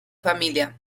familia